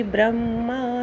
Brahma